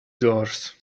doors